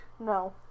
No